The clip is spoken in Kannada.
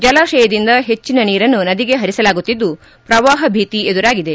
ಜಲಾಶಯದಿಂದ ಹೆಚ್ಚನ ನೀರನ್ನು ನದಿಗೆ ಪರಿಸಲಾಗುತ್ತಿದ್ದು ಪ್ರವಾಹ ಭೀತಿ ಎದುರಾಗಿದೆ